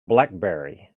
blackberry